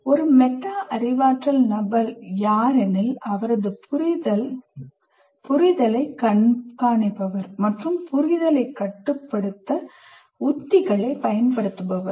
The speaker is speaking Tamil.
ஒரு மெட்டா அறிவாற்றல் நபர் யாரெனில் அவரது புரிதலை கண்காணிப்பவர் மற்றும் புரிதலை கட்டுப்படுத்த உத்திகளை பயன்படுத்துபவர்